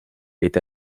est